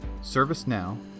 ServiceNow